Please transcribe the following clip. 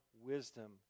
wisdom